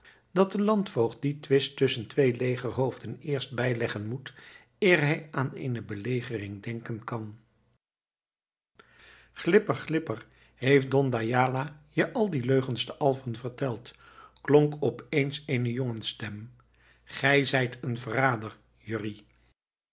dat de landvoogd dien twist tusschen twee legerhoofden eerst bijleggen moet eer hij aan eene belegering denken kan glipper glipper heeft don d'ayala je al die leugens te alfen verteld klonk opeens eene jongensstem gij zijt een verrader jurrie